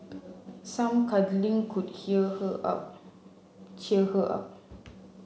some cuddling could cheer her up